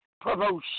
promotion